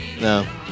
no